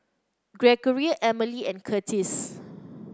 Gregoria Emely and Curtis